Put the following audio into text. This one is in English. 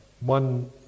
one